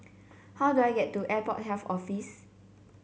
how do I get to Airport Health Office